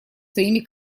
своими